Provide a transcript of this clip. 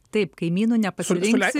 taip kaimynų nepasirinksi